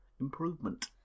improvement